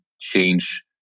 change